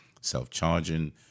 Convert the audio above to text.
Self-charging